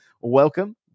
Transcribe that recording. Welcome